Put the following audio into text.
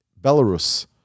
Belarus